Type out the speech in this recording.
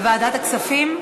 לוועדת הכספים.